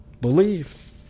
Believe